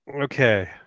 okay